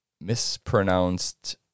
mispronounced